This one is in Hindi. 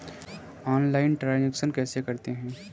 ऑनलाइल ट्रांजैक्शन कैसे करते हैं?